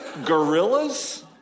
Gorillas